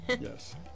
Yes